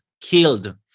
killed